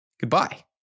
goodbye